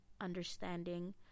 understanding